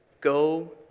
Go